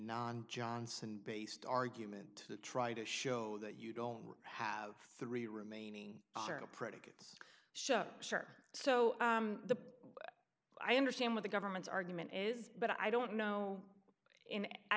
non johnson based argument to try to show that you don't have three remaining predicates shirt so the i understand what the government's argument is but i don't know him and i